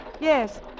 Yes